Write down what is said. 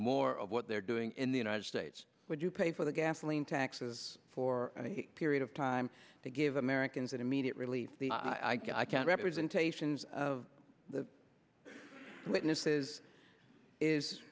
more of what they're doing in the united states would you pay for the gasoline taxes for a period of time to give americans an immediate relief i can representations of the witnesses is